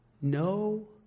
no